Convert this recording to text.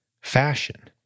fashion